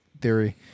theory